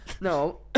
No